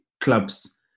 clubs